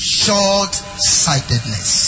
short-sightedness